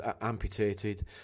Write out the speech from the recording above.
amputated